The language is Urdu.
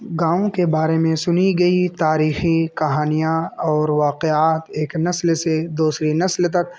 گاؤں کے بارے میں سنی گئی تاریخی کہانیاں اور واقعات ایک نسل سے دوسری نسل تک